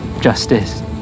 justice